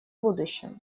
будущем